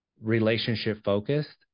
relationship-focused